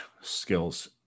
skills